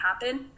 happen